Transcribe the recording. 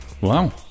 Wow